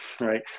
right